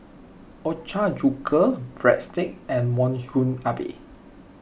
Ochazuke Breadsticks and Monsunabe